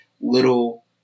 little